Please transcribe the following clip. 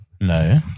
No